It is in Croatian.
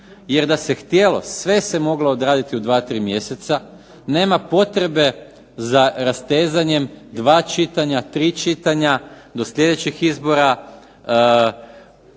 Jer da se htjelo sve se moglo odraditi u dva, tri mjeseca. Nema potrebe za rastezanjem dva čitanja, tri čitanja do sljedećeg izbora